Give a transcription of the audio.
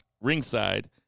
ringside